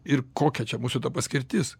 ir kokia čia mūsų ta paskirtis